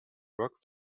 work